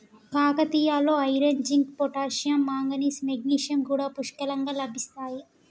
కాకరకాయలో iron, zinc, potassium, manganese, magnesium కూడా పుష్కలంగా లభిస్తాయి